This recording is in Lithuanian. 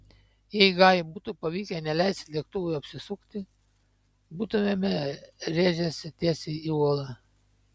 jei gajui būtų pavykę neleisti lėktuvui apsisukti būtumėme rėžęsi tiesiai į uolą